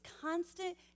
constant